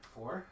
Four